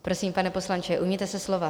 Prosím, pane poslanče, ujměte se slova.